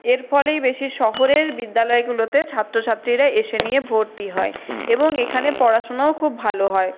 এর ফলেই বেশী শহরের বিদ্যালয়গুলোতে ছাত্রছাত্রীরা এসে নিয়ে ভর্তি হয় এবং এখানে পড়াশোনাও খুব ভালো হয়